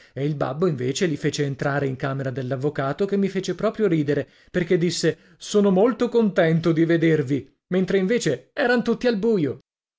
e il babbo invece li fece entrare in camera dell'avvocato che mi fece proprio ridere perché disse sono molto contento di vedervi mentre invece eran tutti al buio